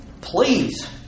Please